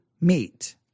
meet